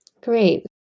Great